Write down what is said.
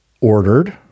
ordered